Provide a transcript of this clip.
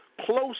close